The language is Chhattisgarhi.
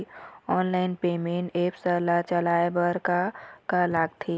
ऑनलाइन पेमेंट एप्स ला चलाए बार का का लगथे?